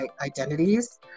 identities